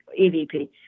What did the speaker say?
EVP